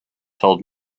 told